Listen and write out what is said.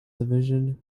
division